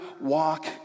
walk